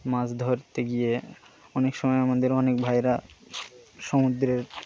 মাছ ধরতে গিয়ে অনেক সময় আমাদের অনেক ভাইরা সমুদ্রের